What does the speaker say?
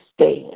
stand